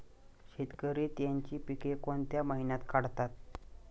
शेतकरी त्यांची पीके कोणत्या महिन्यात काढतात?